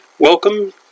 Welcome